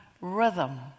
rhythm